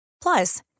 Plus